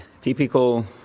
Typical